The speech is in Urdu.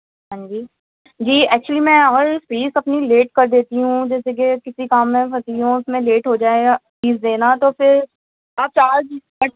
ہاں جی جی ایکچولی میں اور فیس اپنی لیٹ کر دیتی ہوں جیسے کہ کسی کام میں پھنسی ہوں اُس میں لیٹ ہو جائے یا فیس دینا تو پھر آپ چارج بٹ